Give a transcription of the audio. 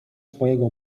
twojego